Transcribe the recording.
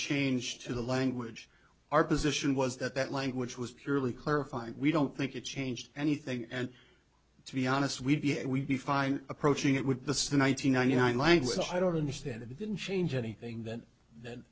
change to the language our position was that that language was purely clarifying we don't think it changed anything and to be honest we be fine approaching it with the still one nine hundred ninety nine language i don't understand it didn't change anything then th